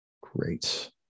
Great